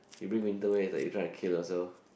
you bring winter wear is like you're trying to kill yourself